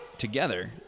together